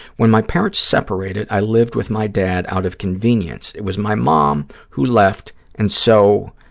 when my parents separated, i lived with my dad out of convenience. it was my mom who left and so,